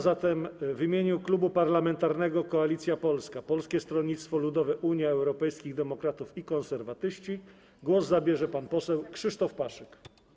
Zatem w imieniu Klubu Parlamentarnego Koalicja Polska - Polskie Stronnictwo Ludowe, Unia Europejskich Demokratów, Konserwatyści głos zabierze pan poseł Krzysztof Paszyk.